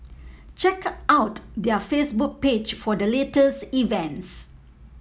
check out their Facebook page for the latest events